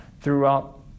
throughout